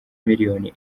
miliyoni